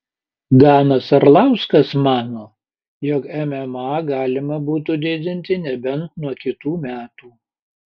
danas arlauskas mano jog mma galima būtų didinti nebent nuo kitų metų